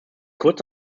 kurz